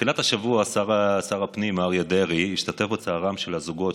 בתחילת השבוע שר הפנים אריה דרעי השתתף בצערם של הזוגות